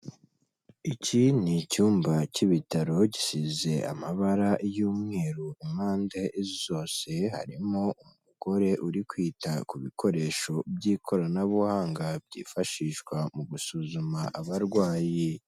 Iki ni icyumba k'ibitaro gisize amabara y'umweru, impande zose hari umugore uri kwita ku bikoresho by'ikoranabuhanga byifashishwa mu gusuzuma abarwayi.